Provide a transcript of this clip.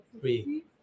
three